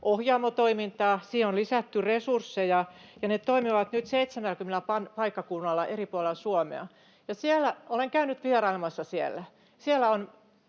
Ohjaamo-toimintaa. Siihen on lisätty resursseja, ja ne toimivat nyt 70 paikkakunnalla eri puolilla Suomea. Olen käynyt vierailemassa siellä.